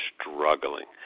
struggling